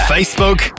Facebook